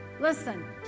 Listen